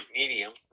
medium